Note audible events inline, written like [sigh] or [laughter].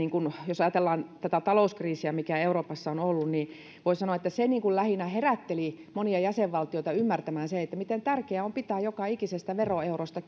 jos ajatellaan tätä talouskriisiä mikä euroopassa on ollut voi sanoa että se lähinnä herätteli monia jäsenvaltioita ymmärtämään sen miten tärkeää on pitää joka ikisestä veroeurosta [unintelligible]